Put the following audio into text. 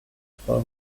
trois